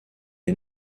est